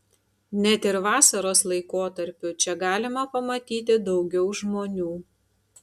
net ir vasaros laikotarpiu čia galima pamatyti daugiau žmonių